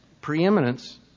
preeminence